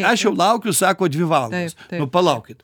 aš jau laukiu sako dvi valandas nu palaukit